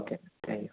okay thank you